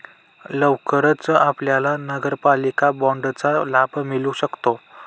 लवकरच आपल्याला नगरपालिका बाँडचा लाभ मिळू शकतो